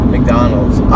McDonald's